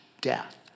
death